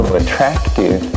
attractive